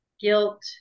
guilt